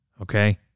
Okay